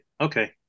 okay